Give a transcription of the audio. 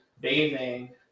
bathing